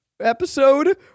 episode